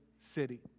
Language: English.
city